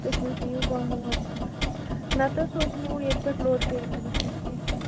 تٔتھۍ منٛز نِیُو بانہٕ وانہٕ تہِ نَتہٕ حظ سوز نِمَو ییٚتہِ پٮ۪ٹھ لوڈ کٮ۪ریرَس منٛز کیٚنہہ چھُنہٕ